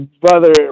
brother